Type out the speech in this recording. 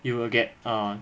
you will get err